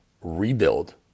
rebuild